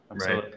Right